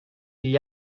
gli